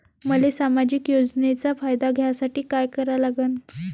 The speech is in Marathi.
मले सामाजिक योजनेचा फायदा घ्यासाठी काय करा लागन?